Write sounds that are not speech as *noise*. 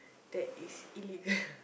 that is illegal *breath*